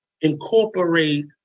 incorporate